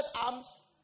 arms